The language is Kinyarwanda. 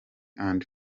and